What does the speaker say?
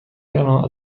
erano